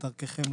ודרככם,